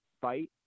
fight